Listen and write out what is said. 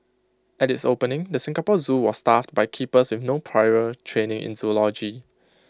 at its opening the Singapore Zoo was staffed by keepers with no prior training in zoology